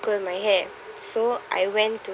curl my hair so I went to